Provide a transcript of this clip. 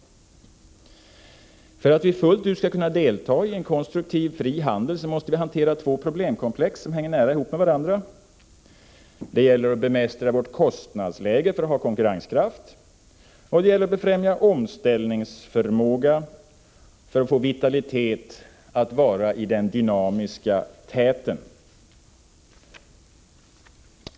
För att vi fullt ut skall kunna delta i en konstruktiv fri handel måste vi hantera två problemkomplex som hänger nära ihop med varandra. Det gäller att bemästra vårt kostnadsläge för att ha konkurrenskraft, och det gäller att befrämja omställningsförmågan för att få vitalitet att vara i den dynamiska täten.